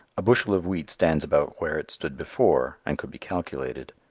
a bushel of wheat stands about where it stood before and could be calculated.